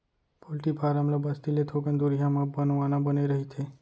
poultry farm ल बस्ती ले थोकन दुरिहा म बनवाना बने रहिथे